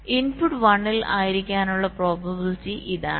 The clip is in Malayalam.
ഇൻപുട്ട് 1 ൽ ആയിരിക്കാനുള്ള പ്രോബബിലിറ്റി ഇതാണ്